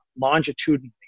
longitudinally